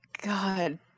God